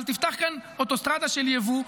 אבל תפתח כאן אוטוסטרדה של יבוא,